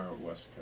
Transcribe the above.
West